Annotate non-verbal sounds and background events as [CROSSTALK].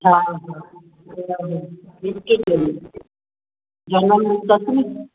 हा हा [UNINTELLIGIBLE] जनमु ॾींहुं अथस नी